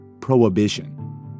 prohibition